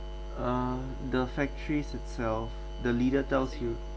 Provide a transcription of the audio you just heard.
uh the factories itself the leader tells you